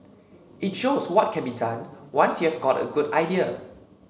it shows what can be done once you've got a good idea